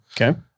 okay